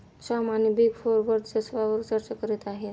श्याम आणि big four वर्चस्वावार चर्चा करत आहेत